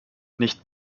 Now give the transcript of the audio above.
nicht